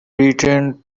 returned